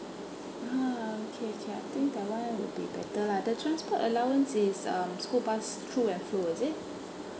uh okay okay I think that one will be better lah the transport allowance is um school bus to and fro is it